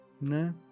No